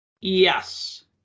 Yes